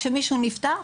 כשמישהו נפטר,